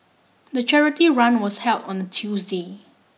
the charity run was held on a Tuesday